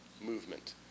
movement